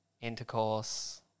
intercourse